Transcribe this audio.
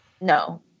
No